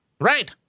Right